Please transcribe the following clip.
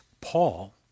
Paul